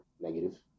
negative